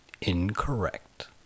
incorrect